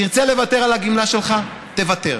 תרצה לוותר על הגמלה שלך, תוותר.